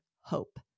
hope